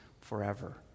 forever